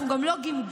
אנחנו גם לא גמגמנו,